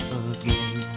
again